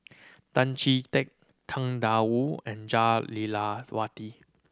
Tan Chee Teck Tang Da Wu and Jah Lelawati